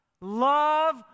Love